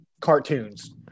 cartoons